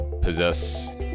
possess